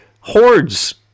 hordes